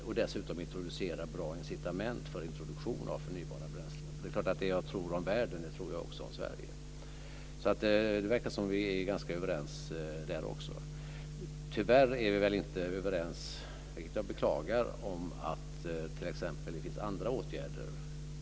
Dessutom borde man introducera bra incitament för introduktion av förnybara bränslen. Det är klart att det som jag tror om världen tror jag också om Sverige. Det verkar alltså som om vi är ganska överens också om detta. Tyvärr är vi väl inte överens - det beklagar jag - om andra åtgärder.